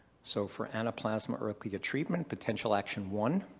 so for anaplasma ehrlichia treatment potential action one,